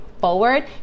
forward